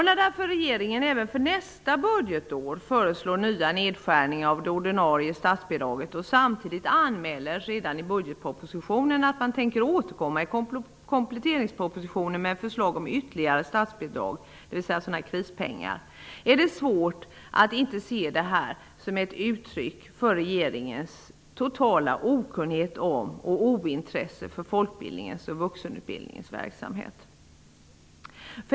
När därför regeringen även för nästa budgetår föreslår nya nedskärningar av det ordinarie statsbidraget och samtidigt anmäler i budgetpropositionen att man ämnar återkomma i kompletteringspropositionen med förslag om ytterligare statsbidrag -- dvs. krispengar -- är det svårt att inte se det som uttryck för regeringens totala okunnighet om och ointresse för folkbildningens och vuxenutbildningens verksamhet.